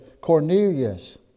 Cornelius